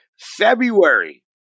February